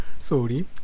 Sorry